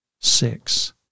six